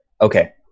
Okay